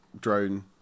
drone